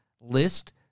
list